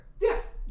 Yes